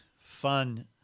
fun